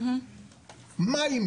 מים,